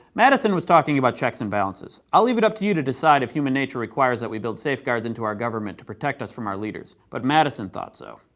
madison was talking about checks and balances i'll leave it up to you to decide if human nature requires that we build safeguards into our government to protect us from our leaders. but madison thought so,